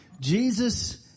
Jesus